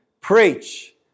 preach